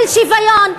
של שוויון.